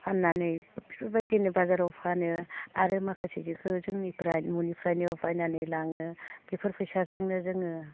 फाननानै बेफोरबायदिनो बाजाराव फानो आरो माखासे जिखौ जोंनिफ्राय न'निफ्रायबो बायनानै लाङो बेफोर फैसाजोंनो जोङो